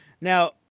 Now